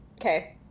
Okay